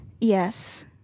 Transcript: Yes